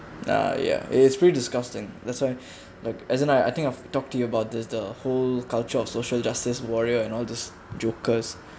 ah ya it's pretty disgusting that's why like as in I I think of talk to you about this the whole culture of social justice warrior and all those jokers